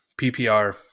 PPR